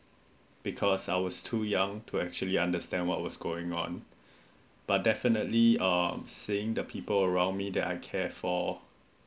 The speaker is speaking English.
because I was too young to actually understand what was going on but definitely um seeing the people around me that I care for